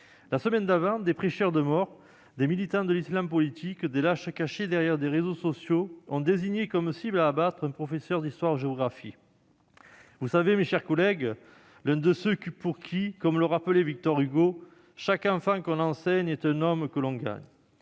La semaine d'avant, des prêcheurs de mort, des militants de l'islam politique, des lâches cachés derrière des réseaux sociaux, ont désigné comme cible à abattre un professeur d'histoire-géographie- vous savez, mes chers collègues, l'un de ceux pour qui, comme le rappelait Victor Hugo, « chaque enfant qu'on enseigne est un homme qu'on gagne